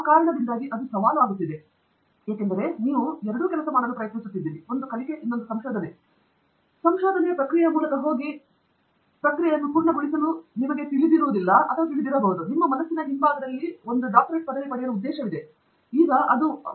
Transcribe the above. ಆ ಕಾರಣದಿಂದಾಗಿ ಅದು ಸವಾಲು ಆಗುತ್ತಿದೆ ಏಕೆಂದರೆ ನೀವು ಎರಡೂ ಕೆಲಸ ಮಾಡಲು ಪ್ರಯತ್ನಿಸುತ್ತಿದ್ದೀರಿ ನಿಮಗೆ ಗೊತ್ತಾ ಪ್ರಕ್ರಿಯೆಯ ಮೂಲಕ ಹೋಗಿ ಮತ್ತು ಪ್ರಕ್ರಿಯೆಯನ್ನು ಪೂರ್ಣಗೊಳಿಸಲು ನಿಮಗೆ ತಿಳಿದಿದೆ ಮತ್ತು ನಿಮ್ಮ ಮನಸ್ಸಿನ ಹಿಂಭಾಗದಲ್ಲಿ ಒಂದು ಪದವಿ ಪಡೆಯಲು ಉದ್ದೇಶವಿದೆ ಆಗ ಅದು ಮುಂದೆ ನಿಮ್ಮ ಮುಂದೆ